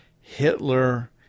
Hitler